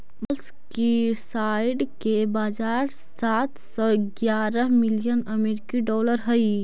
molluscicide के बाजार सात सौ ग्यारह मिलियन अमेरिकी डॉलर हई